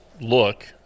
look